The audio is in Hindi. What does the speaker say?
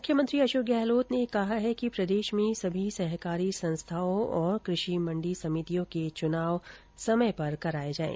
मुख्यमंत्री अशोक गहलोत ने कहा है कि प्रदेश में समी सहकारी संस्थाओं और कृषि मंडी समितियों के चुनाव समय पर कराये जाएं